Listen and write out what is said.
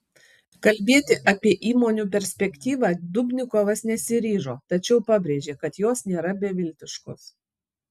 kalbėti apie įmonių perspektyvą dubnikovas nesiryžo tačiau pabrėžė kad jos nėra beviltiškos